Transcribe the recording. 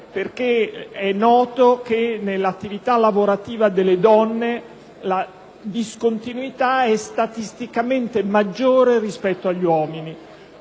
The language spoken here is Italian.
perché è noto che nell'attività lavorativa delle donne la discontinuità è statisticamente maggiore rispetto agli uomini.